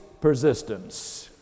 persistence